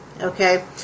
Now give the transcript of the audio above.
Okay